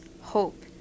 hope